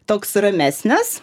toks ramesnis